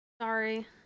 Sorry